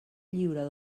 lliure